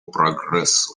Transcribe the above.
прогрессу